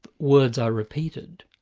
words are repeated.